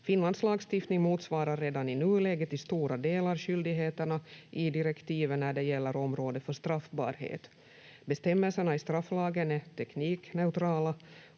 Finlands lagstiftning motsvarar redan i nuläget till stora delar skyldigheterna i direktivet när det gäller området för straffbarhet. Bestämmelserna i strafflagen är teknikneutrala